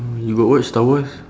uh you got watch star wars